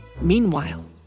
Meanwhile